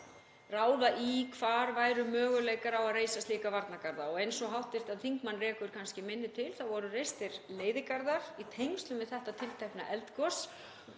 ráða í það hvar væru möguleikar á að reisa slíka varnargarða. Eins og hv. þingmann rekur kannski minni til voru reistir leiðigarðar í tengslum við þetta tiltekna eldgos